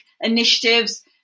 initiatives